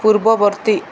ପୂର୍ବବର୍ତ୍ତୀ